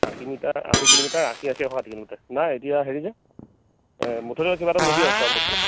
আশী মিটাৰ আশী কিলোমিটাৰ আশী আশী এশ ষাঠি কিলোমিটাৰ নাই এতিয়া হেৰিহে মুঠতে কিবা এটা ল'বি আৰু খোৱা বস্তু